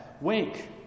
Wake